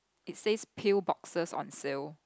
it says pill boxes on shelf